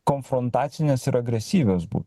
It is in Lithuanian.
konfrontacinės ir agresyvios būt